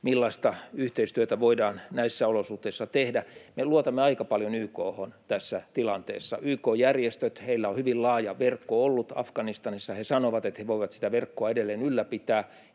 millaista yhteistyötä voidaan näissä olosuhteissa tehdä. Me luotamme aika paljon YK:hon tässä tilanteessa. YK-järjestöillä on hyvin laaja verkko ollut Afganistanissa. He sanovat, että he voivat sitä verkkoa edelleen ylläpitää,